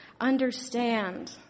Understand